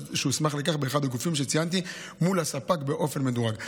שהוסמך לכך באחד הגופים שציינתי מול הספק באופן מדורג.